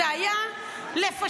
זה היה לפשפש,